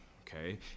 okay